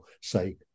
say